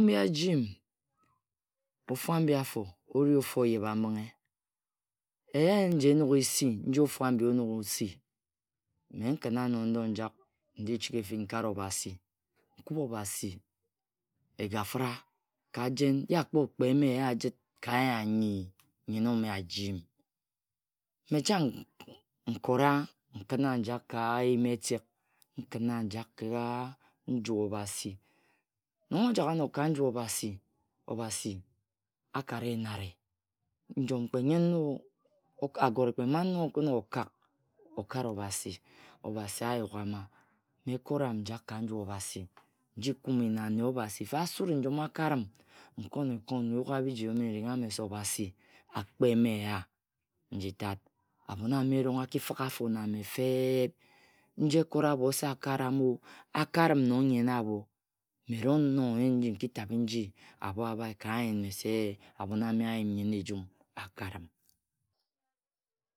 Ofu mbi ajihm: Ofe abhi-afo ori ofu oyebhambinghe. Eya aji enog esi, nyi ofu abhi onogo-si, mme nkhina-ano ndo njak Chighi efin nkare Obasi. Nkub Obasi egafra ka jen je akро-крем eya jit ka nya nyi nyen-ome ajihm. Mme chang nkora nkina njak ke eyum-etek, Nkina njak ka nje Obasi, Nong ojak ano ka nju Obasi, Obasi akara enare. Njom kpe пуin na, аgore kpe mman na okin okak okare Obasi, Obasi ayuka mma-mme ekoran njak ka nju Obasi riji kume na anne Obasi, kpa asusi-njom akar akaríhm, nkom ekon, njuka biji eme rringha mese Obasi akpemeya nji Tat. Abhon ame erong aki-fighe afo na mme fe-eb, nji ekot abho Se akaram-o, akarim nong nyen abho. Mume esong nnog nyen nji, nki tabhe nji abhae ka n-yen mese abhon ame ayun nyen-ejum, akarim.